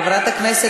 גפני,